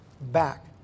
back